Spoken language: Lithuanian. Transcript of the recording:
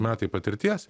metai patirties